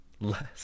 Less